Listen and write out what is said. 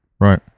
right